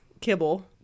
kibble